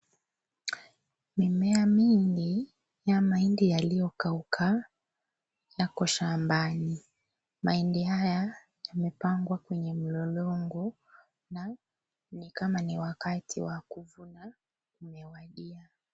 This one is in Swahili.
Mimea mingi ya mahindi yaliyokauka yako shambani. Mahindi haya yamepangwa kwenye mlolongo na ni kama ni wakati wa kuvuna umewandia.